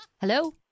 Hello